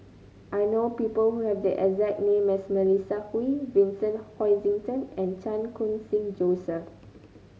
I know people who have the exact name as Melissa Kwee Vincent Hoisington and Chan Khun Sing Joseph